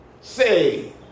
say